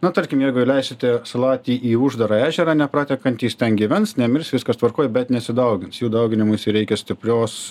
na tarkim jeigu įleisite salatį į uždarą ežerą nepratekantį jis ten gyvens nemirs viskas tvarkoj bet nesidaugins jų dauginimuisi reikia stiprios